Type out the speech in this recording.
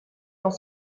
dans